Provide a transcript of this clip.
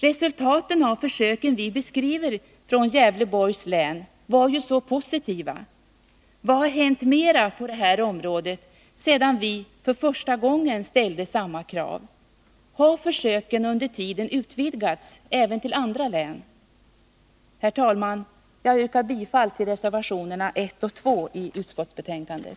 Resultaten av försöken vi beskriver från Gävleborgs län var ju så positiva. Vad har hänt mera på det här området, sedan vi för första gången ställde samma krav? Har försöken under tiden utvidgats även till andra län? Herr talman! Jag yrkar bifall till reservationerna 1 och 2 vid utskottsbetänkandet.